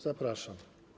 Zapraszam.